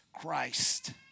Christ